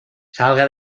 salga